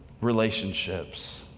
relationships